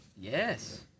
Yes